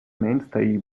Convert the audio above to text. mainstay